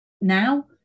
now